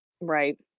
Right